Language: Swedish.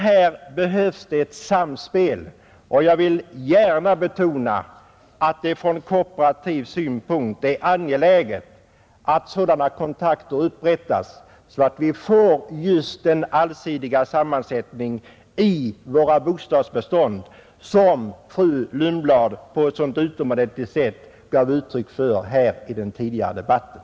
Här behövs ett samspel, och jag vill gärna betona Bostadsrättslag, att det från kooperativ synpunkt är angeläget att sådana kontakter m.m. upprättas, så att vi får just den allsidiga sammansättning i våra bostadsbestånd som fru Lundblad på ett så utomordentligt sätt redo gjorde för tidigare i debatten.